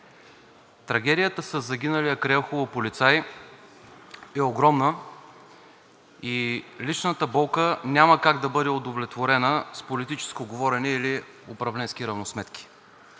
Трагедията със загиналия полицай е огромна и личната болка няма как да бъде удовлетворена с политическо говорене или управленски равносметки.